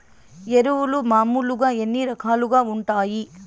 ఎరువులు మామూలుగా ఎన్ని రకాలుగా వుంటాయి?